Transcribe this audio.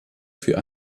für